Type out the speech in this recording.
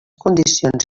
condicions